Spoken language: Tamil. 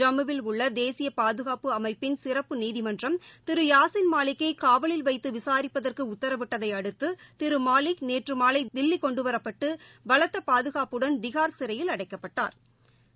ஜம்முவில் உள்ள தேசிய பாதுகாப்பு அமைப்பின் சிறப்பு நீதிமன்றம் திரு யாசின் மாலிக்கை காவலில் வைத்து விசாரிப்பதற்கு உத்தரவிட்டதை அடுத்து திரு மாலிக் நேற்று மாலை தில்லி கொண்டுவரப்பட்டு பலத்த பாதுகாப்புடன் திகாா் சிறையில் அடைக்கப்பட்டாா்